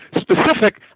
specific